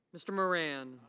mr. moran.